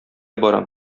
барам